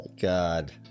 God